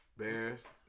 Bears